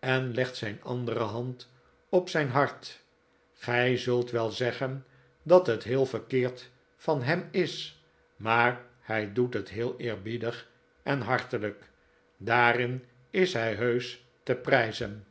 en legt zijn andere hand op zijn hart gij zult wel zeggen dat het heel verkeerd van hem is maar hij doet het heel eerbiedig en hartelijk daarin is hij heusch te prijzen